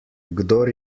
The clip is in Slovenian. kdor